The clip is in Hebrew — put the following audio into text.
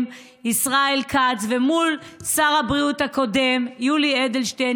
ישראל כץ ומול שר הבריאות הקודם יולי אדלשטיין.